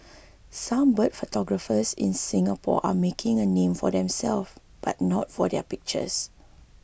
some bird photographers in Singapore are making a name for themselves but not for their pictures